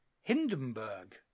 Hindenburg